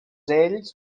ells